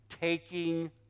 taking